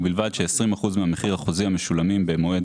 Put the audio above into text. ובלבד ש-20% מהמחיר החוזי המשולמים במועד